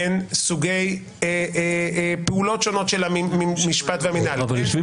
בין סוגי פעולות שונות של המשפט והמינהל --- יושבים